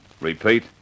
Repeat